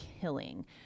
killing